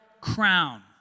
crown